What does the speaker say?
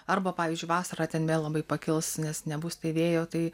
arba pavyzdžiui vasarą ten labai pakils nes nebus vėjo tai